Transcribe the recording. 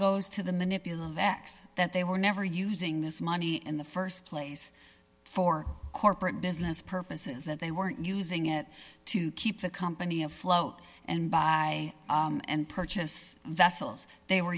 goes to the manipulative acts that they were never using this money in the st place for corporate business purposes that they weren't using it to keep the company afloat and by purchase vessels they were